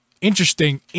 interesting